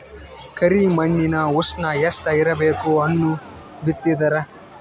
ಕರಿ ಮಣ್ಣಿನ ಉಷ್ಣ ಎಷ್ಟ ಇರಬೇಕು ಹಣ್ಣು ಬಿತ್ತಿದರ?